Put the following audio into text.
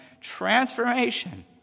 transformation